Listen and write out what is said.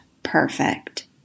perfect